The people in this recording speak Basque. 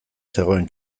zegoen